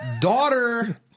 daughter